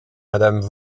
madame